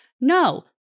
No